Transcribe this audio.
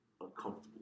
uncomfortable